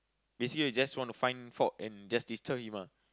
basically you just want to find fault and just disturb him ah